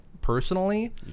personally